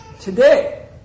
Today